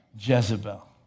Jezebel